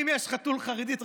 אם יש חתול חרדי,